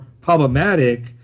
problematic